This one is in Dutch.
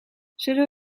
zullen